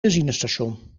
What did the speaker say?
benzinestation